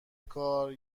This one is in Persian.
کار